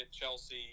chelsea